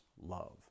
love